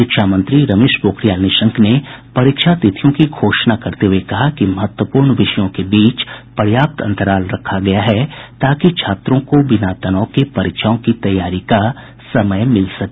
शिक्षामंत्री रमेश पोखरियाल निशंक ने परीक्षा तिथियों की घोषणा करते हुए कहा कि महत्वपूर्ण विषयों के बीच पर्याप्त अंतराल रखा गया है ताकि छात्रों को बिना तनाव के परीक्षाओं की तैयारी का समय मिल सके